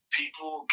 people